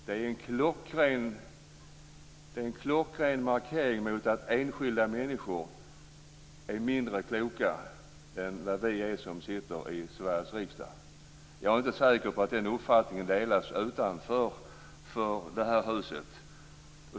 Det är en klockren markering om att enskilda människor är mindre kloka än vi som sitter i Sveriges riksdag. Jag är inte säker på att den uppfattningen delas utanför det här huset.